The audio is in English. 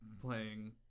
playing